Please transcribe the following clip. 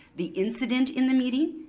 the incident in the meeting,